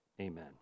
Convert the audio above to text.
Amen